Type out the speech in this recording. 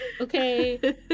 okay